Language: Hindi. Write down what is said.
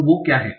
तो वो क्या हैं